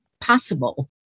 possible